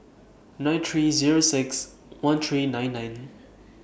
nine three Zero six one three nine nine